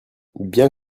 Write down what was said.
bien